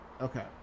okay